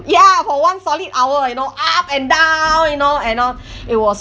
ya for one solid hour you know up and down you know and all it was